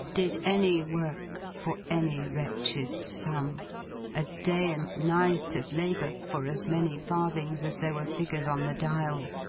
did any work for any wretched sum a day and night of labour for as many farthings as there were figures on the dial.